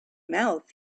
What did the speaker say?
mouth